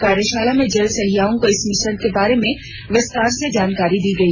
कार्यशाला में जल सहियाओं को इस मिशन के बारे में विस्तार से जानकारी दी गई